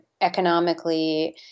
economically